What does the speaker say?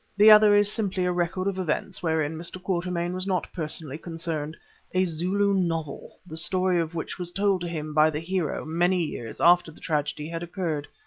the other is simply a record of events wherein mr. quatermain was not personally concerned a zulu novel, the story of which was told to him by the hero many years after the tragedy had occurred.